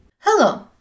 Hello